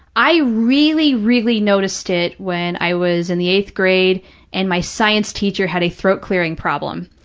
i really, really noticed it when i was in the eighth grade and my science teacher had a throat-clearing problem.